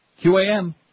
QAM